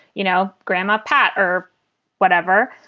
you know, grandma pat or whatever.